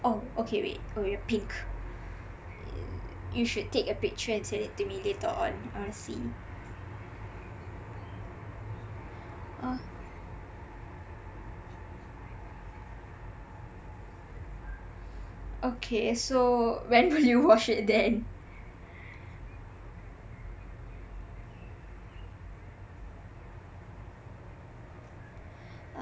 oh okay wait oh you are pink you should take a piture and send it to me later on I wanna see orh okay so when will you wash it then